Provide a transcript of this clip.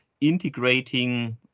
integrating